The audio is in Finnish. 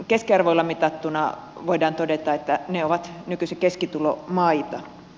keskiarvoilla mitattuna voidaan todeta että ne ovat nykyisin keskitulomaita